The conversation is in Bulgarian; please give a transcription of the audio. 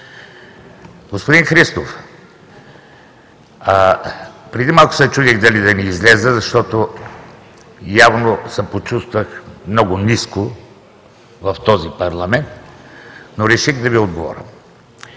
Господин Христов, преди малко се чудех дали да не изляза, защото явно се почувствах много ниско в този парламент, но реших да Ви отговоря.